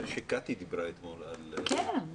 נדמה לי שקטי דיברה אתמול על --- כן.